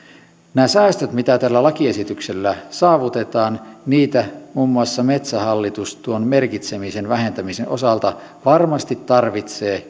niitä säästöjä mitä tällä lakiesityksellä saavutetaan muun muassa metsähallitus tuon merkitsemisen vähentämisen osalta varmasti tarvitsee